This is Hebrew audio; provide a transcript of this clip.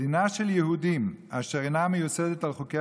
מדינה של יהודים אשר אינה מיוסדת על חוקי